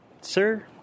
Sir